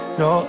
no